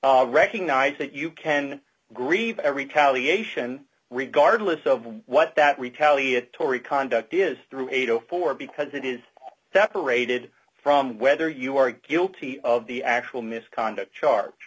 they'd recognize that you can grieve every calley ation regardless of what that retaliatory conduct is through eight o four because it is separated from whether you are guilty of the actual misconduct charge